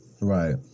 right